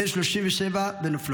בן 37 בנופלו.